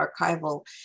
archival